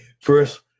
first